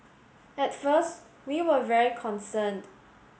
at first we were very concerned